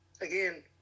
again